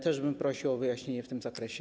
Też bym prosił o wyjaśnienie w tym zakresie.